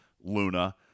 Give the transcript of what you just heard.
Luna